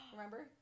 Remember